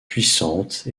puissante